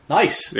nice